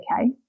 okay